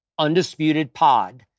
UndisputedPod